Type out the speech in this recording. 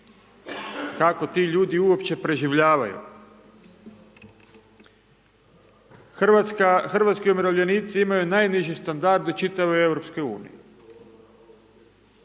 Kako ti ljudi uopće preživljavaju? Hrvatski umirovljenici imaju najniži standard u čitavoj